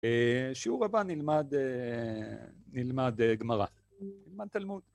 בשיעור הבא נלמד גמרא, נלמד תלמוד.